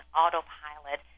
autopilot